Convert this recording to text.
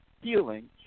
healing